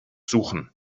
suchen